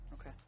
Okay